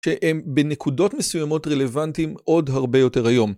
שהם בנקודות מסוימות רלוונטיים עוד הרבה יותר היום.